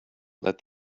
let